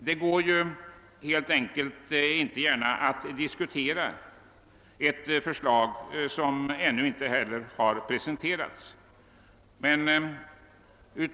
Det går inte heller gärna att diskutera ett förslag som ännu inte har presenterats.